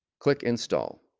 click install